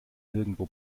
nirgendwo